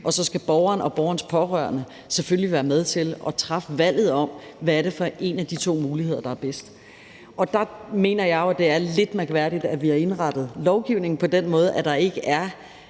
og så skal borgeren og borgerens pårørende selvfølgelig være med til at træffe valget om, hvad det er for en af de to muligheder, der er bedst. Der mener jeg jo, at det er lidt mærkværdigt, at vi har indrettet lovgivningen på den måde, at der ikke er